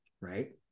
right